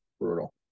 Brutal